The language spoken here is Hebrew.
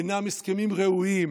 אינם הסכמים ראויים.